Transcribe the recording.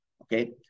okay